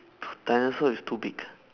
t~ dinosaur is too big